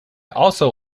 also